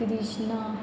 Krishna